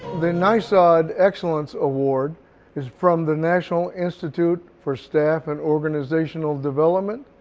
the nisod excellence award, is from the national institute for staff and organizational development,